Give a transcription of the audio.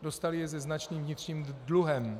Dostaly je se značným vnitřním dluhem.